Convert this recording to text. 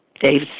Dave